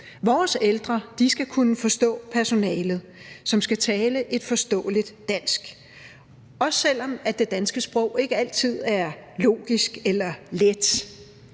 Vores ældre skal kunne forstå personalet, som skal tale et forståeligt dansk, også selv om det danske sprog ikke altid er logisk eller let.